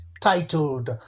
titled